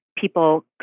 people